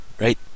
Right